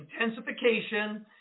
intensification